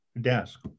desk